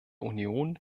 union